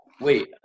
Wait